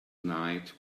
night